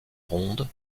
rondes